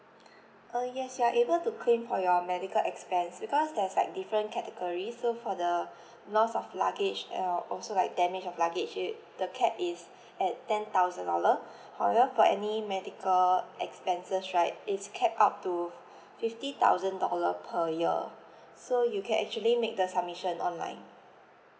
uh yes you are able to claim for your medical expense because that is like different category so for the loss of luggage and al~ also like damage of luggage it the cap is at ten thousand dollar however for any medical expenses right is capped up to fifty thousand dollar per year so you can actually make the submission online